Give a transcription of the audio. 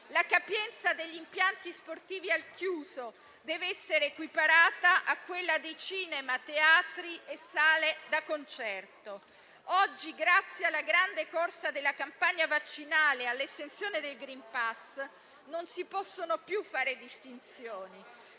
la capienza degli impianti sportivi al chiuso deve essere equiparata a quella di cinema, teatri e sale da concerto. Oggi, grazie alla grande corsa della campagna vaccinale e all'estensione del *green pass,* non si possono più fare distinzioni.